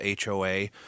HOA